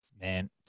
Man